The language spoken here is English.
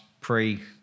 pre